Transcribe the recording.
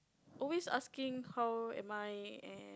always asking how am I and